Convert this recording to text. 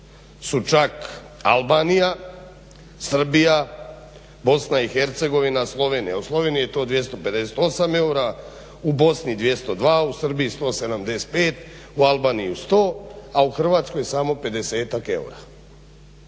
su čak Albanija, Srbija, BiH, Slovenija. U Sloveniji je to 258 eura, u Bosni 202, u Srbiji 175, u Albaniji 100, a u Hrvatskoj samo 50-ak eura.